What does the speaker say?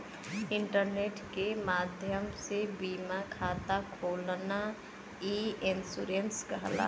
internet के माध्यम से बीमा खाता खोलना ई इन्शुरन्स कहलाला